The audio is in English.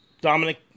Dominic